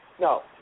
No